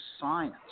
science